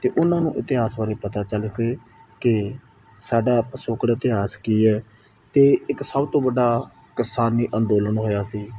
ਅਤੇ ਉਹਨਾਂ ਨੂੰ ਇਤਿਹਾਸ ਬਾਰੇ ਪਤਾ ਚੱਲ ਕੇ ਕਿ ਸਾਡਾ ਪਿਛੋਕੜ ਇਤਿਹਾਸ ਕੀ ਹੈ ਅਤੇ ਇੱਕ ਸਭ ਤੋਂ ਵੱਡਾ ਕਿਸਾਨੀ ਅੰਦੋਲਨ ਹੋਇਆ ਸੀ